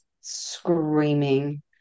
screaming